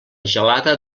gelada